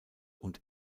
und